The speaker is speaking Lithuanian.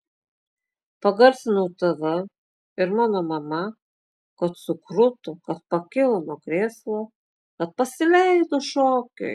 pagarsinau tv ir mano mama kad sukruto kad pakilo nuo krėslo kad pasileido šokiui